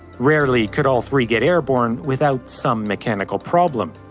rarely could all three get airborne without some mechanical problem.